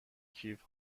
کیف